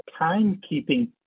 timekeeping